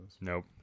Nope